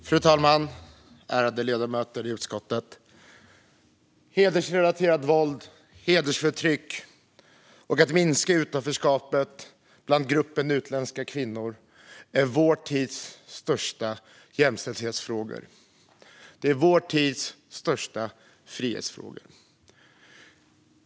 Fru talman! Ärade ledamöter i utskottet! Hedersrelaterat våld, hedersförtryck och utanförskap bland gruppen utländska kvinnor är vår tids största jämställdhetsfrågor och vår tids största frihetsfrågor.